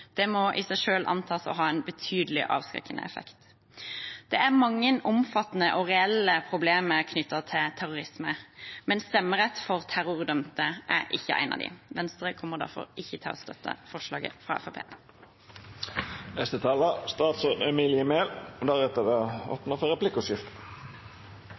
Det må i seg selv antas å ha en betydelig avskrekkende effekt. Det er mange omfattende og reelle problemer knyttet til terrorisme, men stemmerett for terrordømte er ikke et av dem. Venstre kommer derfor ikke til å støtte forslaget fra